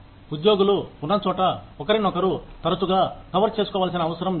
ఉద్యోగులు ఉన్నచోట ఒకరినొకరు తరచుగా కవర్ చేసుకోవలసిన అవసరం లేదు